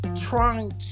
trying